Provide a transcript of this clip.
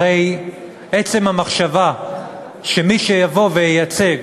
הרי עצם המחשבה שמי שיבוא וייצג